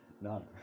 None